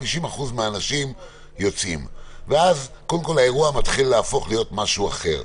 50% מהאנשים יוצאים ואז האירוע הופך להיות משהו אחר.